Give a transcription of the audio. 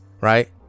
Right